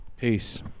Peace